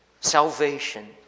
salvation